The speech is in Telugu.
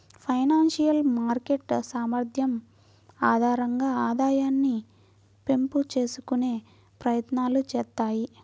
ఫైనాన్షియల్ మార్కెట్ సామర్థ్యం ఆధారంగా ఆదాయాన్ని పెంపు చేసుకునే ప్రయత్నాలు చేత్తాయి